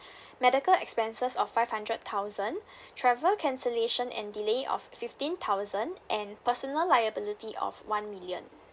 medical expenses of five hundred thousand travel cancellation and delay of fifteen thousand and personal liability of one million